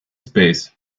space